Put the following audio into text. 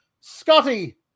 Scotty